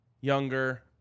younger